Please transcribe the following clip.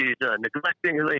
neglecting